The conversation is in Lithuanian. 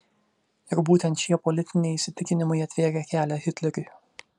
ir būtent šie politiniai įsitikinimai atvėrė kelią hitleriui